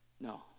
No